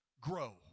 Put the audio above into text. grow